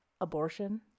abortion